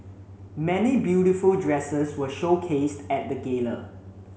many beautiful dresses were showcased at the gala